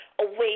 away